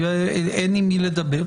אין עם מי לדבר.